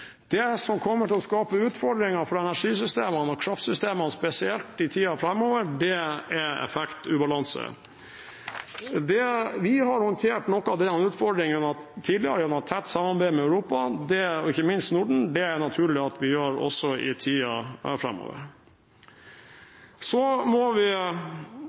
Det som kommer til å skape utfordringer for energisystemene og kraftsystemene spesielt i tiden framover, er effektubalanse. Vi har håndtert noen av disse utfordringene tidligere gjennom tett samarbeid med Europa og ikke minst Norden. Det er det naturlig at vi gjør også i tiden framover. Så må vi